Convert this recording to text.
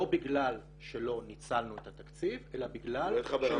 לא בגלל שלא ניצלנו את התקציב אלא בגלל שלא יכולנו